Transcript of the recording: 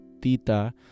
tita